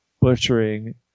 butchering